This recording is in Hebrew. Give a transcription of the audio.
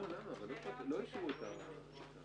ניצן, בבקשה.